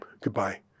goodbye